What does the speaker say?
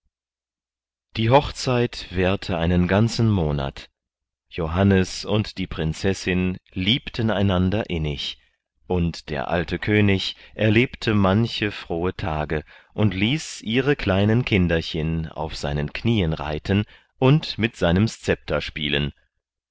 die hochzeit währte einen ganzen monat johannes und die prinzessin liebten einander innig und der alte könig erlebte manche frohe tage und ließ ihre kleinen kinderchen auf seinen knieen reiten und mit seinem scepter spielen